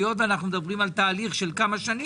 היות ואנחנו מדברים על תהליך של כמה שנים,